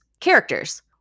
characters